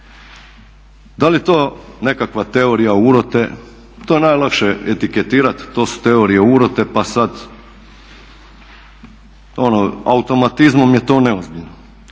Da li je to nekakve teorija urote? To je najlakše etiketirat to su teorije urote pa sada automatizmom je to neozbiljno.